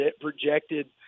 projected